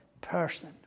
person